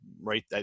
right